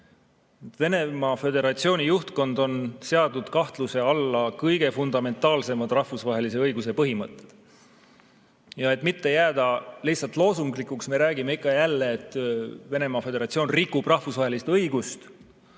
Venemaa Föderatsiooni juhtkond on seadnud kahtluse alla kõige fundamentaalsemad rahvusvahelise õiguse põhimõtted. Et mitte jääda lihtsalt loosunglikuks, [ütlen, et] me räägime ikka ja jälle, et Venemaa Föderatsioon rikub rahvusvahelist õigust,